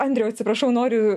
andriau atsiprašau noriu